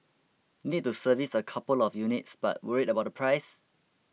need to service a couple of units but worried about the price